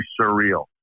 surreal